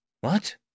What